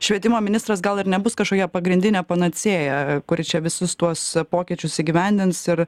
švietimo ministras gal ir nebus kažkokia pagrindinė panacėja kuri čia visus tuos pokyčius įgyvendins ir